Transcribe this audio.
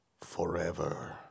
forever